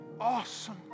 awesome